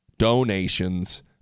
Donations